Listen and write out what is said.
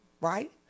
Right